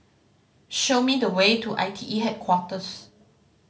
show me the way to I T E Headquarters